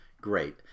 great